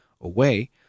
away